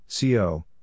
CO